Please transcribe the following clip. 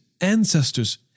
ancestors